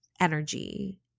energy